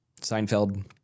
Seinfeld